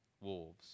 wolves